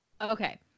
okay